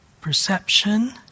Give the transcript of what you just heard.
perception